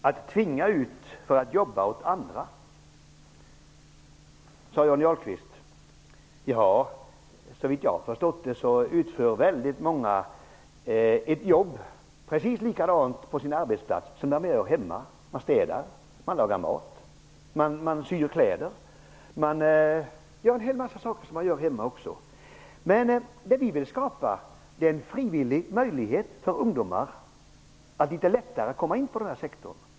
Herr talman! Johnny Ahlqvist sade att vi tvingar ut människor att jobba åt andra. Såvitt jag har förstått utför väldigt många ett jobb på sin arbetsplats som är precis likadant som det man gör hemma. Man städar, lagar mat, syr kläder och gör en hel massa saker som man gör hemma också. Vi vill skapa en frivillig möjlighet för ungdomar att litet lättare komma in i den här sektorn.